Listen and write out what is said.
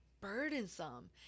burdensome